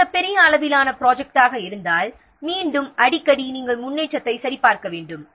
இது மிகப் பெரிய அளவிலான ப்ராஜெக்ட் டாக இருந்தால் அடிக்கடி முன்னேற்றத்தை சரிபார்க்க வேண்டும்